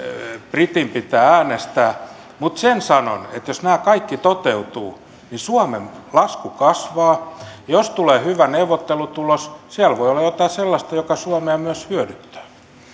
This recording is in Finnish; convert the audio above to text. britin pitää äänestää mutta sen sanon että jos nämä kaikki toteutuvat niin suomen lasku kasvaa jos tulee hyvä neuvottelutulos siellä voi olla jotakin sellaista joka suomea myös hyödyttää